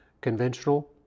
conventional